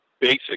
basic